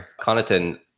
Connaughton